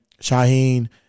Shaheen